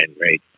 right